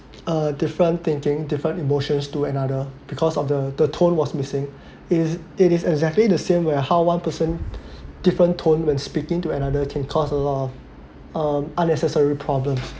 uh different thinking different emotions to another because of the the tone was missing is it is exactly the same where how one person different tone when speaking to another can cause a lot of uh unnecessary problems